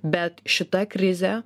bet šita krizė